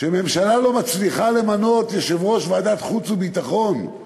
שממשלה לא מצליחה למנות יושב-ראש ועדת חוץ וביטחון,